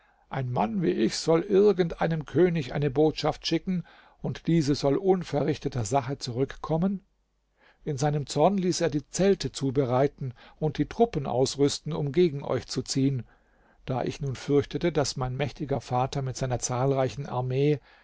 ein mann wie ich soll irgend einem könig eine botschaft schicken und diese soll unverrichteter sache zurückkommen in seinem zorn ließ er die zelte zubereiten und die truppen ausrüsten um gegen euch zu ziehen da ich nun fürchtete daß mein mächtiger vater mit seiner zahlreichen armee